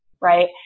right